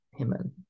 amen